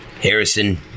Harrison